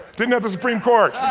didn't have the supreme court.